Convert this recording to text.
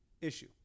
issue